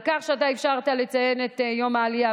על כך שאפשרת לציין את יום העלייה,